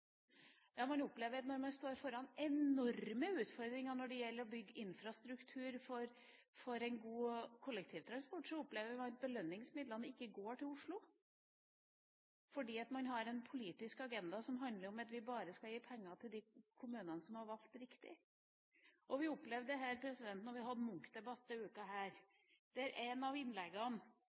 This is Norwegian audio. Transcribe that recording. Når man står overfor enorme utfordringer når det gjelder å bygge infrastruktur for en kollektivtransport, opplever man at belønningsmidlene ikke går til Oslo, fordi man har en politisk agenda som handler om at vi bare skal gi penger til de kommunene som har valgt riktig. Vi opplevde dette da vi hadde Munch-debatten denne uka. Et av innleggene fra en som tilhører opposisjonen i byen, var en eneste lang tirade mot styringsstrukturen i Oslo – en